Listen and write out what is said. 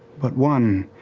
but one